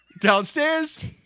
downstairs